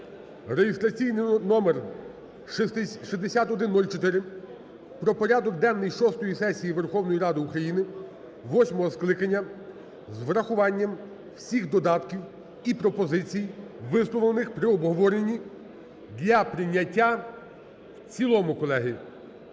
(реєстраційний номер 6104) про порядок денний шостої сесії Верховної Ради України восьмого скликання з врахуванням всіх додатків і пропозицій, висловлених при обговоренні, для прийняття в цілому, колеги.